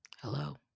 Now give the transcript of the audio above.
Hello